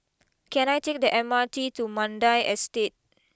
can I take the M R T to Mandai Estate